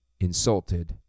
insulted